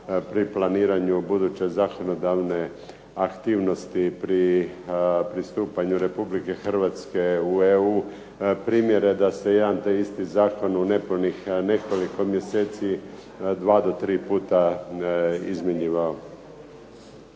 pri planiranju buduće zakonodavne aktivnosti pri pristupanju Republike Hrvatske u EU, primjere da se jedan te isti zakon u nepunih nekoliko mjeseci dva do tri puta izmjenjivao.